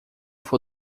vou